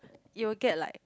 you will get like